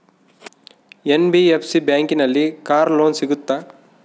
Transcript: NBFC ಬ್ಯಾಂಕಿನಲ್ಲಿ car loan ಸಿಗುತ್ತಾ?